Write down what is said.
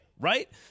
Right